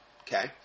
Okay